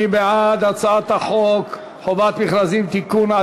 מי בעד הצעת חוק חובת המכרזים (תיקון,